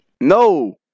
no